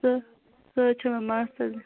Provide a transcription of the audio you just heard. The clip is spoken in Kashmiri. سۄ سۄ حظ چھِ مےٚ ماستٕر